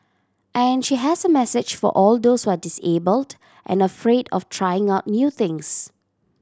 and she has a message for all those who are disabled and afraid of trying out new things